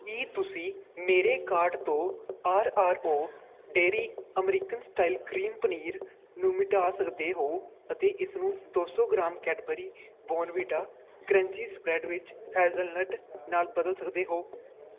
ਕੀ ਤੁਸੀਂ ਮੇਰੇ ਕਾਰਟ ਤੋਂ R R O dairy American style cream paneer ਨੂੰ ਮਿਟਾ ਸਕਦੇ ਹੋ ਅਤੇ ਇਸਨੂੰ ਦੋ ਸੌ gram Cadbury Bournvita crunchy spread ਵਿੱਚ ਹੈੈਜਲਨਟ ਨਾਲ ਬਦਲ ਸਕਦੇ ਹੋ